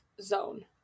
zone